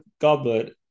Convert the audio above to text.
goblet